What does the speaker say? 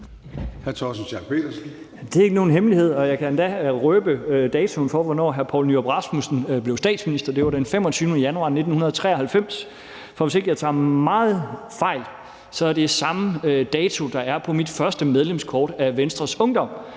Det er ikke nogen hemmelighed. Og jeg kan endda røbe datoen for, hvornår hr. Poul Nyrup Rasmussen blev statsminister; det var den 25. januar 1993. For hvis ikke jeg tager meget fejl, er det samme dato, der er på mit første medlemskort til Venstres Ungdom,